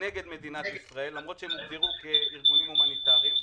נגד מדינת ישראל למרות שהם הוגדרו כארגונים הומניטריים,